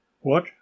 What